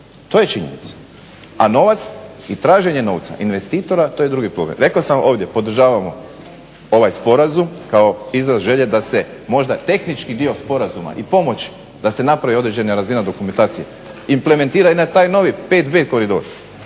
To je činjenica. A novac i traženje novca investitora to je drugi problem. Rekao sam ovdje podržavamo ovaj sporazum kao izraz želje da se možda tehnički dio sporazuma i pomoći da se napravi određena razina dokumentacije implementira i na taj novi 5B Koridor